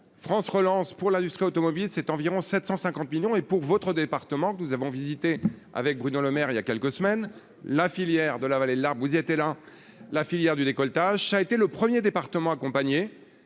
France relance pour l'industrie automobile, c'est environ 750 millions et pour votre département que nous avons visité avec Bruno Lemaire il y a quelques semaines, la filière de la vallée de larmes, vous y a été là, la filière du décolletage, ça a été le 1er département accompagné